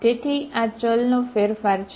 તેથી આ ચલનો ફેરફાર છે